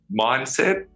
mindset